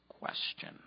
question